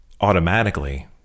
automatically